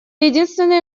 единственный